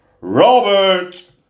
Robert